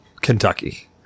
Kentucky